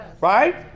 Right